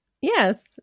yes